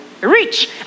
rich